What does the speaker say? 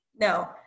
No